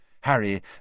Harry